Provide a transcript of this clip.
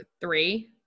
three